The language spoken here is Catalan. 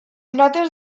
notes